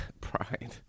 pride